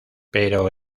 pero